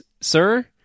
sir